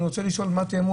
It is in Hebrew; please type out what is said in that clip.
אני רוצה לשאול מה תיאמו,